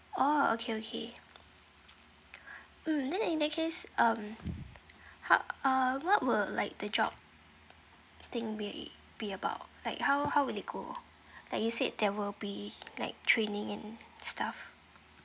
oh okay okay mm then in that case um how uh what will like the job thing be be about like how how will it go like you said there will be like training and stuff